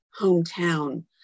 hometown